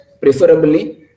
preferably